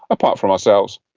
apart from ourselves.